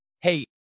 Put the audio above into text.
hey